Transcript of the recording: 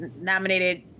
nominated